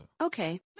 okay